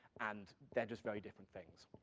and they're just very different things.